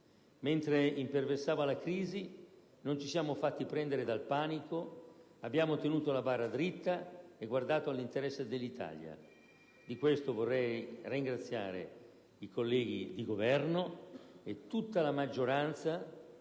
Mentre imperversava la crisi, non ci siamo fatti prendere dal panico, abbiamo tenuto la barra dritta e guardato all'interesse dell'Italia. Di questo vorrei ringraziare i colleghi di Governo e tutta la maggioranza,